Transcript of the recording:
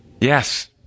Yes